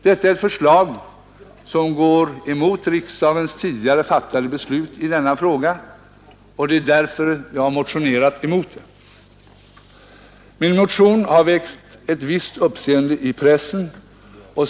Detta är ett förslag som går emot riksdagens tidigare fattade beslut i denna fråga, och det är därför jag har motionerat emot det. Min motion har väckt ett visst uppseende i pressen.